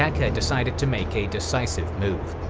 decided to make a decisive move.